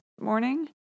morning